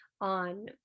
on